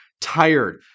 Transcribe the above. tired